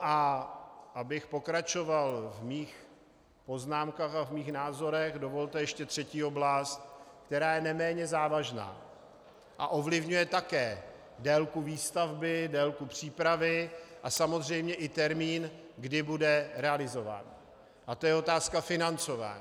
A abych pokračoval ve svých poznámkách a názorech, dovolte ještě třetí oblast, která je neméně závažná a ovlivňuje také délku výstavby, délku přípravy a samozřejmě i termín, kdy bude realizován, a to je otázka financování.